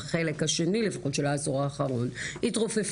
בחלק השני לפחות של העשור האחרון התרופפה,